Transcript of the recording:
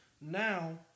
now